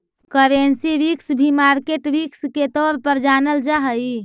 currency risk भी market risk के तौर पर जानल जा हई